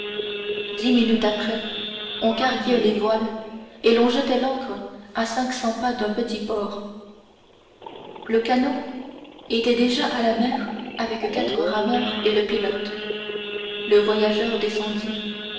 dix minutes après on carguait les voiles et l'on jetait l'ancre à cinq cents pas d'un petit port le canot était déjà à la mer avec quatre rameurs et le pilote le voyageur descendit